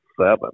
seven